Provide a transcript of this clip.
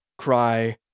cry